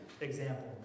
example